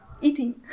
eating